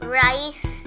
rice